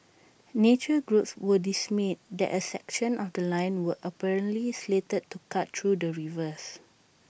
nature groups were dismayed that A section of The Line were apparently slated to cut through the reserve